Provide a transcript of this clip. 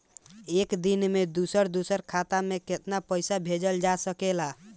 एक दिन में दूसर दूसर खाता में केतना पईसा भेजल जा सेकला?